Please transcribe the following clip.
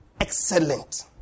excellent